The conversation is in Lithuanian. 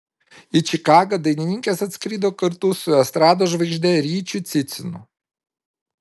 į čikagą dainininkės atskrido kartu su estrados žvaigžde ryčiu cicinu